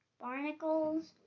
Barnacles